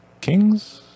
Kings